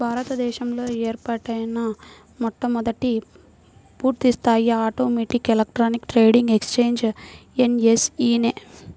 భారత దేశంలో ఏర్పాటైన మొట్టమొదటి పూర్తిస్థాయి automatic electronic trading exchange NSE నే